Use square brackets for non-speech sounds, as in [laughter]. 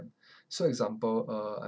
[breath] so example uh